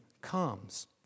comes